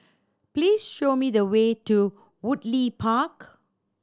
please show me the way to Woodleigh Park